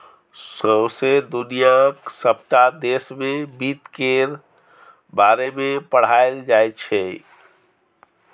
सौंसे दुनियाक सबटा देश मे बित्त केर बारे मे पढ़ाएल जाइ छै